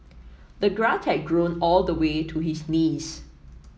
the grass had grown all the way to his knees